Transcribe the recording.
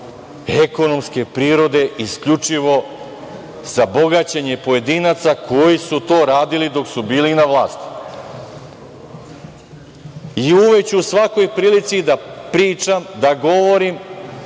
ekonomske prirode, isključivo za bogaćenje pojedinaca koji su to radili dok su bili na vlasti. Uvek ću u svakoj prilici da pričam, da govorim,